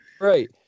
Right